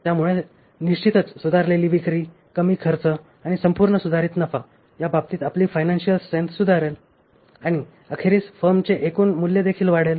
त्यामुळे निश्चितच सुधारलेली विक्री कमी खर्च आणि संपूर्ण सुधारित नफा या बाबतीत आपली फायनान्शिअल स्ट्रेंथ सुधारेल आणि अखेरीस फर्मचे एकूण मूल्यदेखील वाढेल